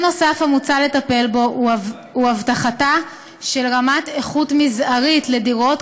נושא נוסף שמוצע לטפל בו הוא הבטחתה של רמת איכות מזערית לדירות,